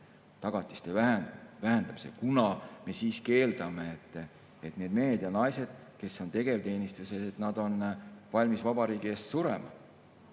tagatiste vähendamisega, kuna me siiski eeldame, et need mehed ja naised, kes on tegevteenistuses, on valmis vabariigi eest surema.